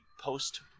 post